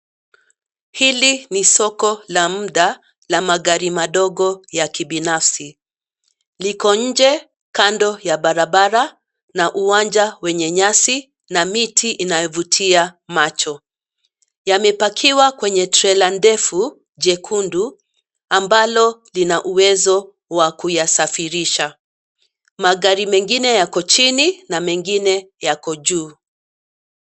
Hili ni soko la mda la magari madogo ya kibinafsi. Liko nje kando ya barabara na uwanja wenye nyasi na miti inayovutia macho. Yamepakiwa kwenye trela ndefu, jekundu ambalo lina uwezo wa kuyasafirisha. Magari mengine yako chini na mengine yako juu.